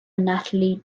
natalie